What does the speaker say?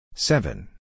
Seven